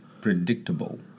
predictable